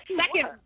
second